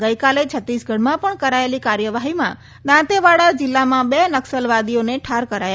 ગઈકાલે છત્તીસગઢમાં પણ કરાયેલી કાર્યવાહીમાં દાંતેવાડા જિલ્લામાં બે નક્સલવાદીઓને ઠાર કરાયા હતા